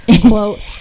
quote